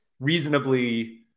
Reasonably